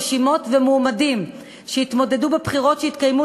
רשימות ומועמדים שהתמודדו בבחירות שהתקיימו